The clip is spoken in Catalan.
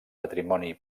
patrimoni